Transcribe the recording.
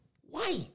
white